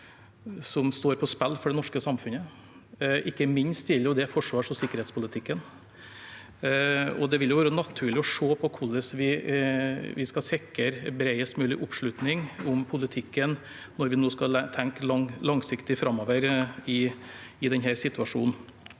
som står på spill for det norske samfunnet, ikke minst gjelder det forsvars- og sikkerhetspolitikken. Det vil være naturlig å se på hvordan vi skal sikre bredest mulig oppslutning om politikken når vi nå skal tenke langsiktig framover i denne situasjonen.